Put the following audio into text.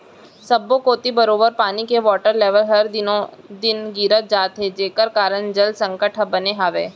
सब्बो कोती बरोबर पानी के वाटर लेबल हर दिनों दिन गिरत जात हे जेकर कारन जल संकट ह बने हावय